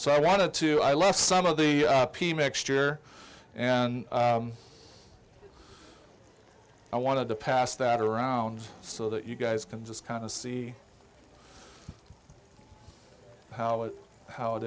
so i wanted to i left some of the pea mixture and i wanted to pass that around so that you guys can just kind of see how it how it